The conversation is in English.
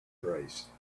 price